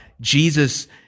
Jesus